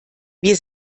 wir